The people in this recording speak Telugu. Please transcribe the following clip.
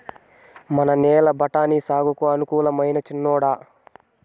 మన నేల బఠాని సాగుకు అనుకూలమైనా చిన్నోడా